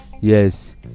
yes